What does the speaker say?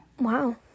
Wow